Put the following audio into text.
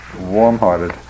warm-hearted